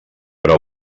però